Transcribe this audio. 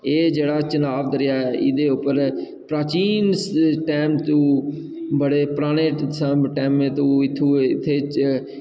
एह् जेह्ड़ा चन्हां दरेआ ऐ एह्दे उप्पर प्राचीन टैम तूं बड़े पराने टैमै तूं इत्थूं